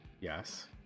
Yes